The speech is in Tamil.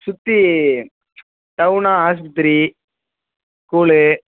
சுற்றி டவுனா ஆஸ்பத்திரி ஸ்கூலு